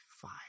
five